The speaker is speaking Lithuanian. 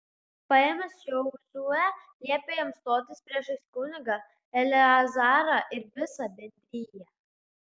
paėmęs jozuę liepė jam stotis priešais kunigą eleazarą ir visą bendriją